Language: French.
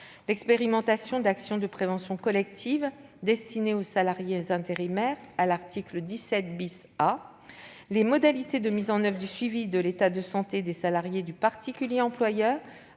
l'expérimentation d'actions de prévention collective destinées aux salariés intérimaires, à l'article 17 A ; les modalités de mise en oeuvre du suivi de l'état de santé des salariés du particulier employeur,